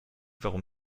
warum